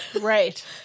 Right